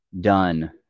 done